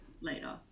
later